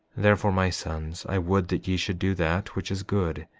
therefore, my sons, i would that ye should do that which is good,